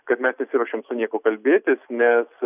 kad mes nesiruošiam su niekuo kalbėtis nes